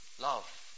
love